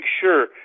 sure